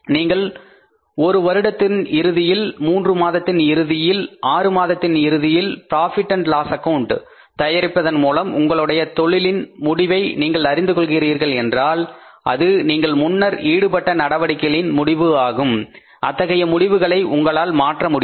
நீங்கள் ஒரு வருடத்தின் இறுதியில் மூன்று மாதத்தின் இறுதியில் ஆறு மாதத்தின் இறுதியில் புரோஃபிட் அண்ட் லாஸ் ஆக்கவுண்ட் தயாரிப்பதன் மூலம் உங்களுடைய தொழிலில் முடிவை நீங்கள் அறிந்து கொள்கிறீர்கள் என்றால் அது நீங்கள் முன்னர் ஈடுபட்ட நடவடிக்கைகளின் முடிவு ஆகும் அத்தகைய முடிவுகளை உங்களால் மாற்ற இயலாது